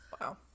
Wow